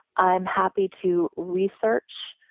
i'm happy to research.